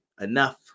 enough